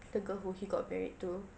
the girl who he got married to